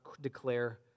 declare